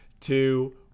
two